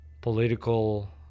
political